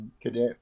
cadet